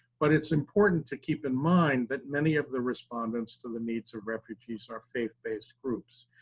but it's important to keep in mind that many of the respondents to the needs of refugees are faith based groups.